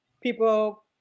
people